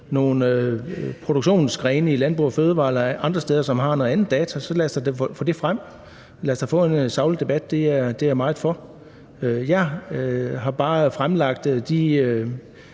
nogle produktionsgrene i Landbrug & Fødevarer eller nogle andre, som har noget andet data, så lad os da få det frem. Lad os da få en saglig debat. Det er jeg meget for. Jeg har bare fremlagt de